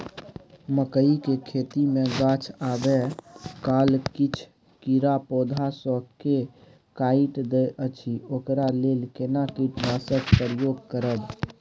मकई के खेती मे गाछ आबै काल किछ कीरा पौधा स के काइट दैत अछि ओकरा लेल केना कीटनासक प्रयोग करब?